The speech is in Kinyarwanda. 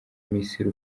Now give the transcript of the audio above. miss